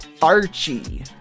archie